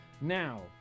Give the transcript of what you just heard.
Now